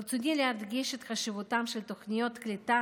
ברצוני להדגיש את חשיבותן של תוכניות קליטה